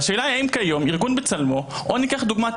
והשאלה היא האם כיום ארגון בצלמו או ניקח דוגמה של